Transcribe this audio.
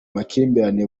makimbirane